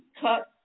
cut